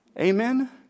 Amen